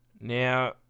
Now